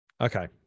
Okay